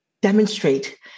demonstrate